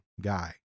guy